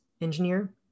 engineer